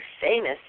famous